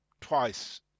twice